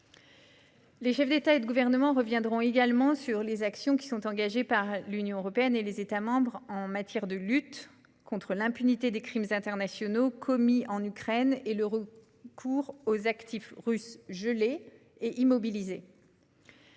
les chefs d'État et de gouvernement reviendront sur les actions engagées par l'Union européenne (UE) et par les États membres en matière de lutte contre l'impunité des crimes internationaux commis en Ukraine et en matière de recours aux actifs russes gelés et immobilisés.